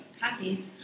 happy